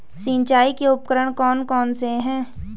सिंचाई के उपकरण कौन कौन से हैं?